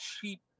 cheap